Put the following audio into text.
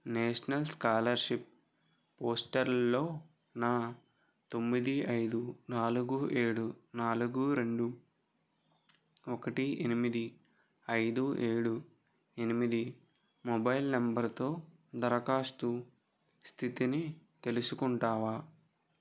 national scholarship పోస్టర్లలో నా తొమ్మిది ఐదు నాలుగు ఏడు నాలుగు రెండు ఒకటి ఎనిమిది ఐదు ఏడు ఎనిమిది మొబైల్ నంబరుతో దరఖాస్తు స్థితిని తెలుసుకుంటావా